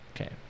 Okay